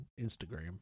Instagram